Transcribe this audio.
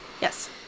Yes